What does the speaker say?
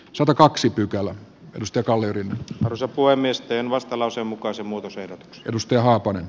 satakaksi pykälä mustakallioiden roso voi myös teen vastalauseen mukaisen muutosesityksen